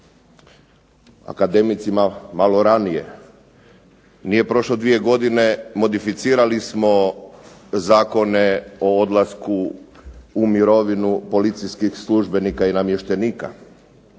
akademicima malo ranije. Nije prošlo dvije godine modificirali smo zakone o odlasku u mirovinu policijskih službenika i namještenika.